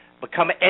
become